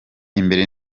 imbere